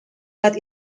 but